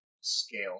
scale